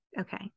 Okay